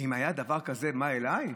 אם היה דבר כזה בא אליי,